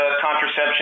contraception